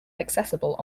accessible